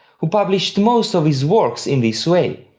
who published most of his works in this way,